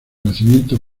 nacimiento